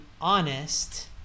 honest